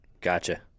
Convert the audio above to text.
Gotcha